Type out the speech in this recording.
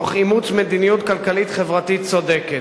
תוך אימוץ מדיניות כלכלית-חברתית צודקת.